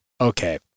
Okay